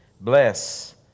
Bless